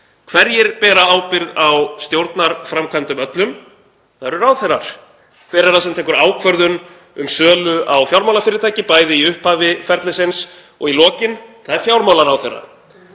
Hverjir bera ábyrgð á stjórnarframkvæmdum öllum? Það eru ráðherrar. Hver er það sem tekur ákvörðun um sölu á fjármálafyrirtæki, bæði í upphafi ferlisins og í lokin? Það er fjármálaráðherra.